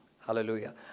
Hallelujah